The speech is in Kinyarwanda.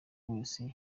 wese